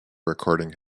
recording